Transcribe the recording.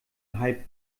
hype